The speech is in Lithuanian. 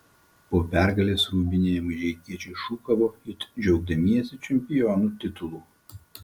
po pergalės rūbinėje mažeikiečiai šūkavo it džiaugdamiesi čempionų titulu